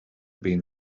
been